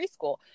preschool